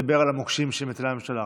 והוא דיבר על המוקשים שמטילה הממשלה.